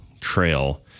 trail